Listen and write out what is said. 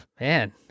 Man